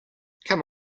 come